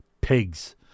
pigs